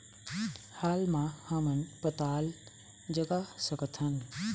हाल मा हमन पताल जगा सकतहन?